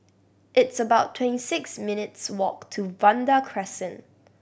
it's about twenty six minutes' walk to Vanda Crescent